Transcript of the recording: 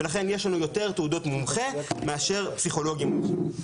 ולכן יש לנו יותר תעודות מומחה מאשר פסיכולוגים מומחים.